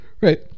Right